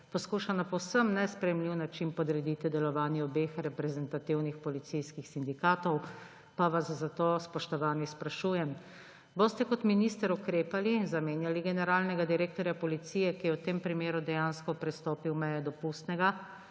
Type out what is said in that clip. poskuša na povsem nesprejemljiv način podrediti delovanje obeh reprezentativnih policijskih sindikatov. Zato vas, spoštovani, sprašujem: Boste kot minister ukrepali in zamenjali generalnega direktorja Policije, ki je v tem primeru dejansko prestopil mejo dopustnega?